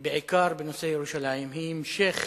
בעיקר בנושא ירושלים, היא המשך